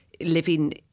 living